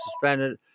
suspended